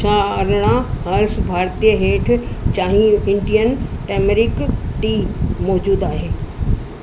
छा अरिड़हं हर्स भारतीय हेठि चाहिं इंडियन टेमेरिक टी मौजूदु आहे